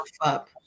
up